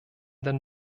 den